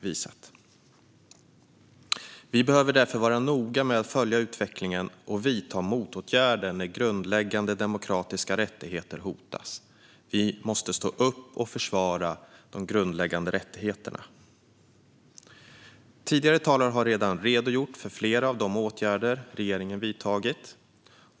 Vi behöver därför följa utvecklingen noga och vidta motåtgärder när grundläggande demokratiska rättigheter hotas. Vi måste stå upp för och försvara de grundläggande rättigheterna. Tidigare talare har redan redogjort för flera av de åtgärder regeringen vidtagit.